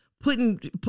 putting